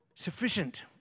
sufficient